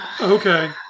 Okay